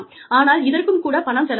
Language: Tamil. ஆனால் இதற்கும் கூட பணம் செலவாகும்